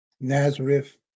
Nazareth